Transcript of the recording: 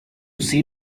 see